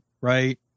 right